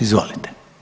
Izvolite.